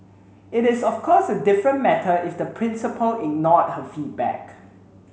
it is of course a different matter if the principal ignored her feedback